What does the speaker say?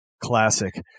Classic